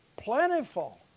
plentiful